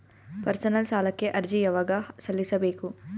Personal ಸಾಲಕ್ಕೆ ಅರ್ಜಿ ಯವಾಗ ಸಲ್ಲಿಸಬೇಕು?